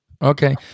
Okay